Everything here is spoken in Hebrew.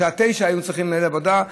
בשעה 09:00 היינו צריכים לעשות עבודה.